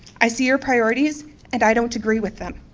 i see your priorities and i don't agree with them.